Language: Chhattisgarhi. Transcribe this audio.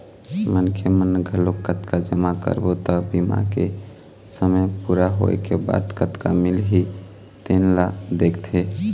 मनखे मन घलोक कतका जमा करबो त बीमा के समे पूरा होए के बाद कतका मिलही तेन ल देखथे